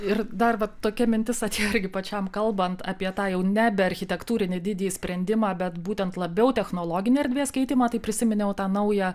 ir dar tokia mintis atėjo irgi pačiam kalbant apie tą jau nebe architektūrinį didįjį sprendimą bet būtent labiau technologinį erdvės skaitymą tai prisiminiau tą naują